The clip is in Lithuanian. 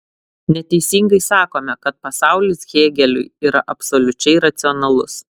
neteisingai sakome kad pasaulis hėgeliui yra absoliučiai racionalus